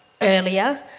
earlier